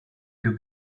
più